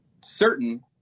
certain